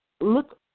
Look